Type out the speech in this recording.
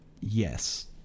yes